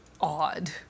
odd